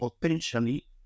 potentially